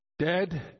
dead